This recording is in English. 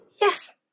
Yes